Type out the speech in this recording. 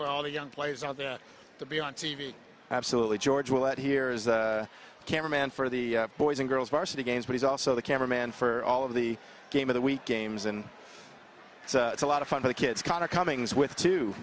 for all the young players out there to be on t v absolutely george will out here is a camera man for the boys and girls varsity games but he's also the camera man for all of the game of the week games and it's a lot of fun for the kids kind of cummings with t